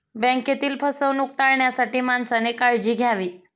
बँकेतील फसवणूक टाळण्यासाठी माणसाने काळजी घ्यावी